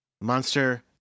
Monster